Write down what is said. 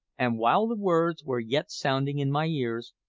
and while the words were yet sounding in my ears,